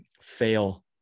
fail